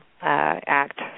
act